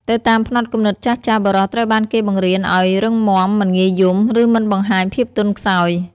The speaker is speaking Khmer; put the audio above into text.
ទៅតាមផ្នត់គំនិតចាស់ៗ បុរសត្រូវបានគេបង្រៀនឱ្យ រឹងមាំ មិនងាយយំ ឬមិនបង្ហាញភាពទន់ខ្សោយ។